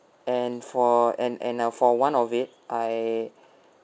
and for and and err for one of it I